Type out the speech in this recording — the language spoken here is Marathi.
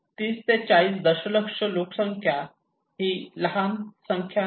30 ते 40 दशलक्ष लोकसंख्या ही लहान संख्या नाही